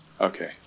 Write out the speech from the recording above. Okay